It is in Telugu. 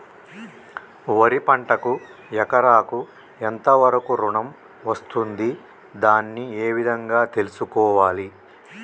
వరి పంటకు ఎకరాకు ఎంత వరకు ఋణం వస్తుంది దాన్ని ఏ విధంగా తెలుసుకోవాలి?